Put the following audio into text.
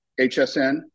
HSN